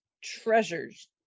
Treasures